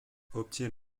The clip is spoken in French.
obtient